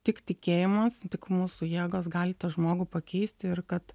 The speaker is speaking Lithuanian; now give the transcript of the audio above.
tik tikėjimas tik mūsų jėgos gali tą žmogų pakeisti ir kad